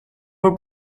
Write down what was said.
were